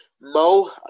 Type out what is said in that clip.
Mo